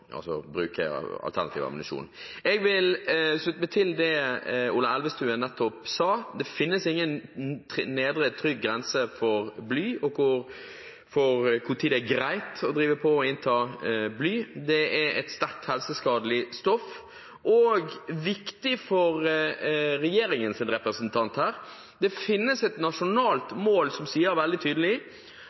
Ola Elvestuen nettopp sa – det finnes ingen trygg nedre grense for bly og for når det er greit å innta bly. Det er et sterkt helseskadelig stoff. Dette er viktig for regjeringens representant her: Det finnes et nasjonalt mål som sier veldig tydelig